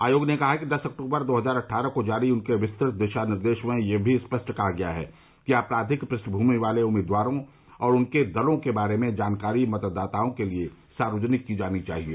आयोग ने कहा कि दस अक्टूबर दो हजार अट्ठारह को जारी उसके विस्तृत दिशा निर्देश में भी यह स्पष्ट कहा गया है कि आपराधिक पृष्ठभूमि वाले उम्मीदवारों और उनके दलों के बारे में जानकारी मतदाताओं के लिए सार्वजनिक की जानी चाहिए